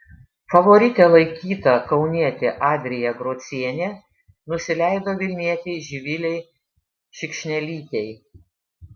favorite laikyta kaunietė adrija grocienė nusileido vilnietei živilei šikšnelytei